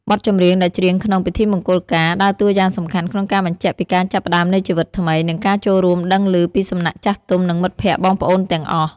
បទចម្រៀងដែលច្រៀងក្នុង "ពិធីមង្គលការ" ដើរតួយ៉ាងសំខាន់ក្នុងការបញ្ជាក់ពីការចាប់ផ្តើមនៃជីវិតថ្មី និងការចូលរួមដឹងឮពីសំណាក់ចាស់ទុំ និងមិត្តភក្តិបងប្អូនទាំងអស់។